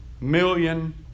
million